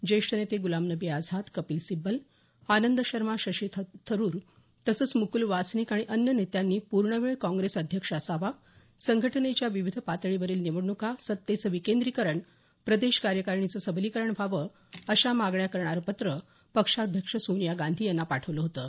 ज्येष्ठ नेते गुलाम नबी आझाद कपिल सिब्बल आनंद शर्मा शशी थरुर तसंच मुकूल वासनिक आणि अन्य नेत्यांनी पूर्णवेळ काँग्रेस अध्यक्ष असावा संघटनेच्या विविध पातळीवरील निवडणुका सत्तेचं विकेंद्रीकरण प्रदेश कार्यकारिणींचं सबलीकरण व्हावं अशा मागण्या करणारं पत्र पक्षाध्यक्ष सोनिया गांधी यांना पाठवलं होतं